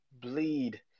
Bleed